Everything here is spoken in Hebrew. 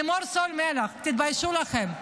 לימור סון הר מלך: תתביישו לכן.